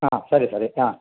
ಹಾಂ ಸರಿ ಸರಿ ಹಾಂ